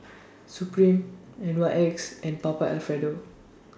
Supreme N Y X and Papa Alfredo